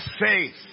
faith